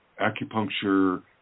acupuncture